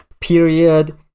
period